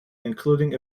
including